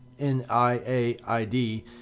NIAID